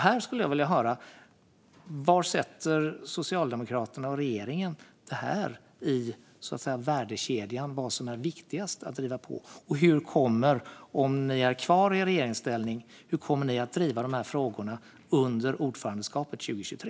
Här skulle jag vilja höra: Var i värdekedjan sätter Socialdemokraterna och regeringen detta? Vad är viktigast att driva på för? Om ni blir kvar i regeringsställning, hur kommer ni att driva de här frågorna under ordförandeskapet 2023?